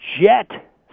Jet